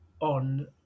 on